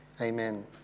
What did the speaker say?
Amen